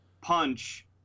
Punch